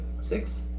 six